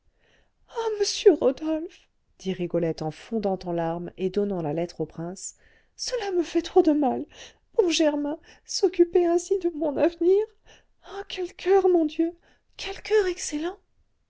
ah monsieur rodolphe dit rigolette en fondant en larmes et donnant la lettre au prince cela me fait trop de mal bon germain s'occuper ainsi de mon avenir ah quel coeur mon dieu quel coeur excellent